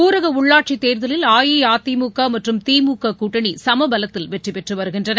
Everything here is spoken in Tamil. ஊரக உள்ளாட்சி தேர்தலில் அஇஅதிமுக மற்றும் திமுக கூட்டணி சம பலத்தில் வெற்றி பெற்று வருகின்றன